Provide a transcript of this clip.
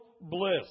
bliss